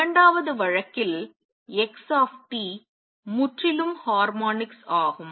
இரண்டாவது வழக்கில் x முற்றிலும் ஹார்மோனிக்ஸ் ஆகும்